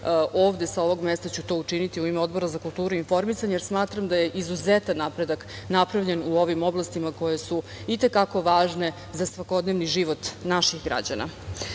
ovde sa ovog mesta ću to učiniti u ime Odbora za kulturu i informisanje, jer smatram da je izuzetan napredak napravljen u ovim oblastima koje su i te kako važne za svakodnevni život naših građana. Dakle,